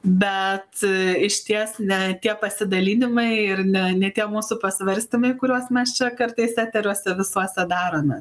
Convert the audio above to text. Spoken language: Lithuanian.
bet išties ne tie pasidalinimai ir ne ne tie mūsų pasvarstymai kuriuos mes čia kartais eteriuose visuose darome